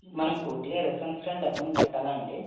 మనం పూర్తిగా అన్ని సంవత్సరాలు డబ్బును కట్టాలా అండి